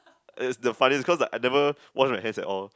that that's funny cause I never wash my hands and all